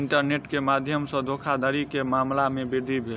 internet के माध्यम सॅ धोखाधड़ी के मामला में वृद्धि भेल